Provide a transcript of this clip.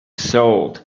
sold